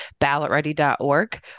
BallotReady.org